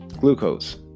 glucose